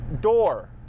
door